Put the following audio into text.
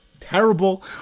terrible